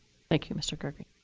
thank you, mr. gergen.